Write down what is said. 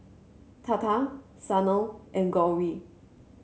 Tata Sanal and Gauri